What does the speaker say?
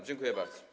Dziękuję bardzo.